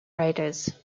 writers